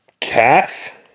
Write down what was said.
calf